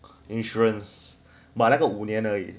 insurance 买了个五年而已